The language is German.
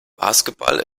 basketball